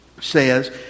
says